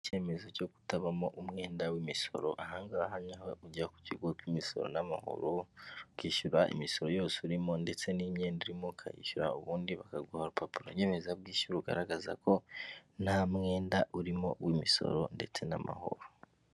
Icyemezo cyo kutabamo umwenda w'imisoro, aha ngaha ni ho ujya ku kigo cy'imisoro n'amahoro ukishyura imisoro yose urimo ndetse n'imyenda urimo ukayishyura, ubundi bakaguha urupapuro nyemezabwishyu rugaragaza ko nta mwenda urimo w'imisoro ndetse n'amahoro.